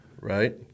right